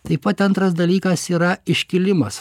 taip pat antras dalykas yra iškilimas